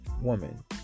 woman